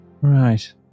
Right